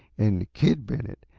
and kid bennett,